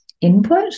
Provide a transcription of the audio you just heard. input